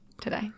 today